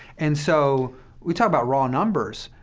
and so we talk about raw numbers.